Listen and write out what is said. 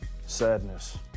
Sadness